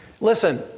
Listen